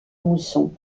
mousson